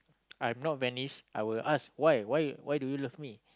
I am not Venice I will ask why why why do you love me